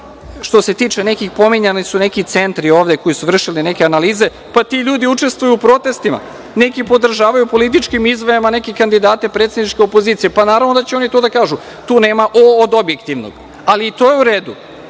ima. Što se tiče nekih, pominjani su neki centri ovde, koji su vršili neke analize, pa ti ljudi učestvuju u protestima, neki podržavaju političkim izjavama neke kandidate predsedničke opozicije, pa naravno da će oni to da kažu. Tu nema „o“ od objektivnog, ali i to je u redu.